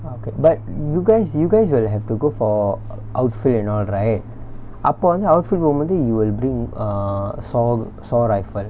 oh okay but you guys you guys will have to go for outfield and all right அப்ப வந்து:appe vanthu outfield room வந்து:vanthu you will bring err saw saw rifle